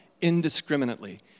indiscriminately